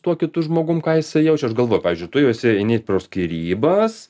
tuo kitu žmogum ką jūs jaučia aš galvoju pavyzdžiui tu juose eini pro skyrybas